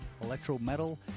electro-metal